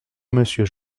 monsieur